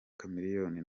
chameleone